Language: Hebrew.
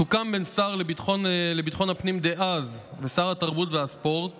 סוכם בין השר לביטחון הפנים דאז לשר התרבות והספורט